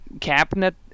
cabinet